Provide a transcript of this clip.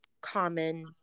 common